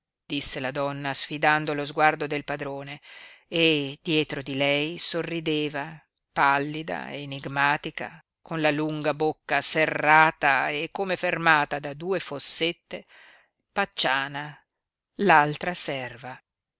la donna sfidando lo sguardo del padrone e dietro di lei sorrideva pallida enigmatica con la lunga bocca serrata e come fermata da due fossette pacciana l'altra serva